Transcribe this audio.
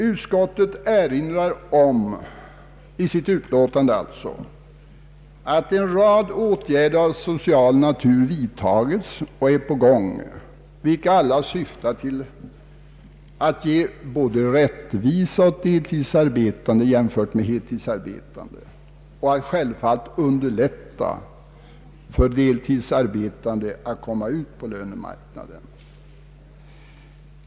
Utskottet erinrar i sitt utlåtande om att en rad åtgärder av social natur har vidtagits och är på gång, vilka alla syftar till att ge rättvisa åt deltidsarbetande i förhållande till heltidsarbetande och att underlätta för deltidsarbetande att komma ut på lönemarknaden.